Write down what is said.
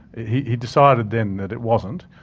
he he decided then that it wasn't,